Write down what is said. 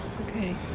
Okay